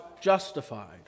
justified